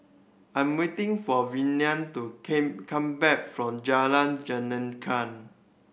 I'm waiting for Velia to came come back from Jalan